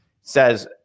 says